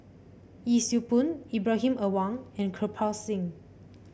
Yee Siew Pun Ibrahim Awang and Kirpal Singh